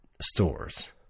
stores